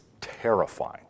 terrifying